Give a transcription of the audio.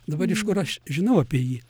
dabar iš kur aš žinau apie jį